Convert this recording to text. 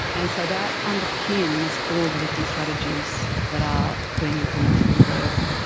and so that underpins all the different strategies that are being implemented in bourke.